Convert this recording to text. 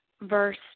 verse